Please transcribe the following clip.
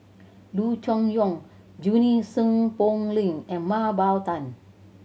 Loo Choon Yong Junie Sng Poh Leng and Mah Bow Tan